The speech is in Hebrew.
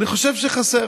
אני חושב שהוא חסר.